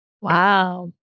Wow